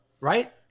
Right